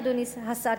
אדוני השר,